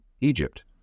Egypt